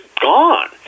gone